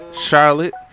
Charlotte